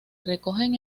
recogen